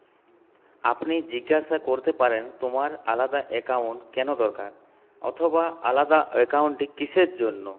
আপনি জিজ্ঞাসা করতে পারেন তোমার আলাদা অ্যাকাউণ্ট কেন দরকার অথবা আলাদা অ্যাকাণ্টটি কিসের জন্য